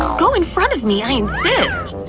go in front of me, i insist.